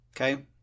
okay